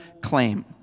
claim